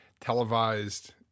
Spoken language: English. televised